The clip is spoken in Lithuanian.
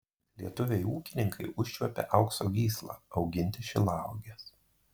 lietuviai ūkininkai užčiuopė aukso gyslą auginti šilauoges